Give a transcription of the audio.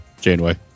Janeway